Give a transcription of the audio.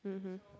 mmhmm